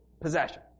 possession